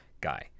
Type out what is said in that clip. guy